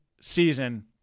season